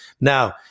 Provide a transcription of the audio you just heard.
Now